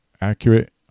accurate